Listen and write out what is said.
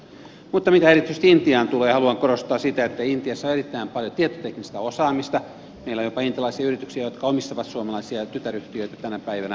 mutta mitä erityisesti intiaan tulee haluan korostaa sitä että intiassa on erittäin paljon tietoteknistä osaamista meillä on jopa intialaisia yrityksiä jotka omistavat suomalaisia tytäryhtiöitä tänä päivänä